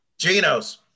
genos